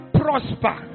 prosper